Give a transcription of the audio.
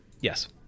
Yes